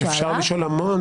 אפשר לשאול המון,